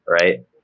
right